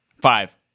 Five